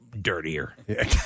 dirtier